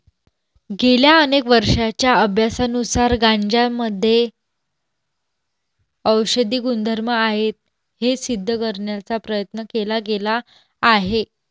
गेल्या अनेक वर्षांच्या अभ्यासानुसार गांजामध्ये औषधी गुणधर्म आहेत हे सिद्ध करण्याचा प्रयत्न केला गेला आहे